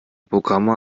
programme